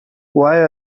why